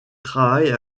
travaille